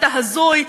אתה הזוי,